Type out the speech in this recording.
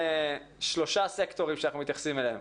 שלושה סקטורים שאנחנו מתייחסים אליהם,